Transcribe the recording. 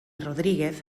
rodríguez